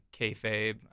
kayfabe